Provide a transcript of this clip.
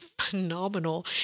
phenomenal